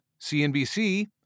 CNBC